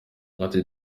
bati